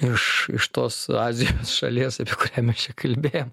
iš iš tos azijos šalies apie kurią mes čia kalbėjom